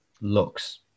looks